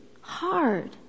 hard